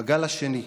בגל השני,